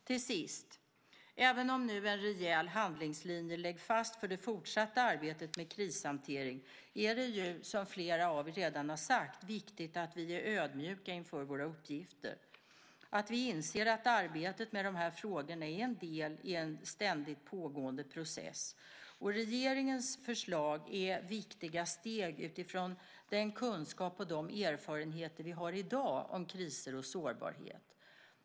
Till sist: Även om nu en rejäl handlingslinje läggs fast för det fortsatta arbetet med krishantering är det, som flera av er redan har sagt, viktigt att vi är ödmjuka inför våra uppgifter, att vi inser att arbetet med de här frågorna är en del i en ständigt pågående process. Regeringens förslag är viktiga steg utifrån den kunskap och de erfarenheter vi har i dag om kriser och sårbarhet.